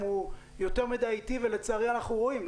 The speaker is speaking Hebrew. הוא יותר מדי איטי ולצערי אנחנו רואים,